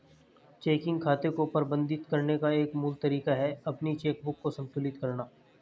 checking खाते को प्रबंधित करने का एक मूल तरीका है अपनी चेकबुक को संतुलित करना